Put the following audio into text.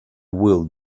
will